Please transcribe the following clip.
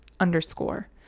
underscore